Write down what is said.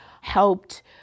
helped